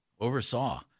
oversaw